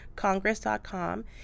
Congress.com